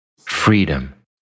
freedom